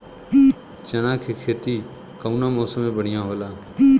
चना के खेती कउना मौसम मे बढ़ियां होला?